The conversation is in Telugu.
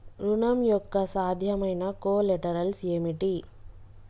ఋణం యొక్క సాధ్యమైన కొలేటరల్స్ ఏమిటి?